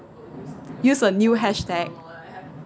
use a new hashtag